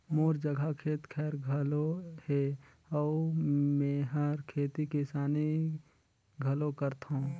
मोर जघा खेत खायर घलो हे अउ मेंहर खेती किसानी घलो करथों